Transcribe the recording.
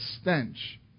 stench